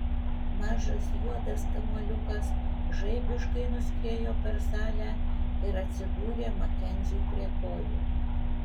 mažas juodas kamuoliukas žaibiškai nuskriejo per salę ir atsidūrė makenziui prie kojų